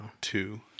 Two